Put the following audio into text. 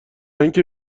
اینکه